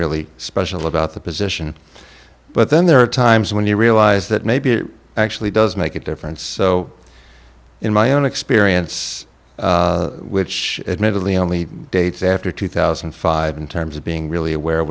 really special about the position but then there are times when you realize that maybe it actually does make a difference so in my own experience which admittedly only dates after two thousand and five in terms of being really aware of